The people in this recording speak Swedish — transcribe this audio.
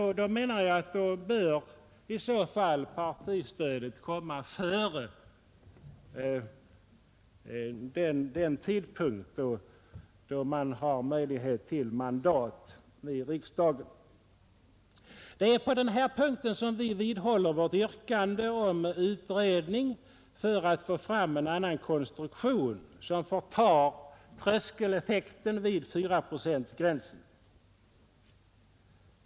I så fall bör, anser jag, partistödet komma före den tidpunkt då man har möjlighet till mandat i riksdagen. Det är på den här punkten som vi vidhåller vårt yrkande om utredning för att få fram en annan konstruktion, som förtar tröskeleffekten vid fyraprocentsgränsen.